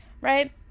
right